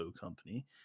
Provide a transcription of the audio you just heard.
company